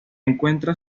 encuentra